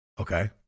Okay